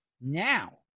Now